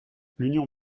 l’union